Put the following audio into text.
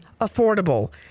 affordable